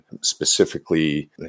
specifically